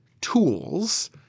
tools